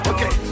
Okay